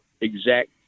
exact